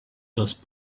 those